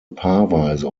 paarweise